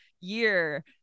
year